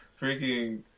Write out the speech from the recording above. freaking